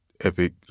Epic